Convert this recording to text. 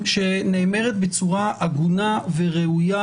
שנאמרת בצורה הגונה וראויה,